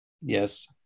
Yes